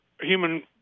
human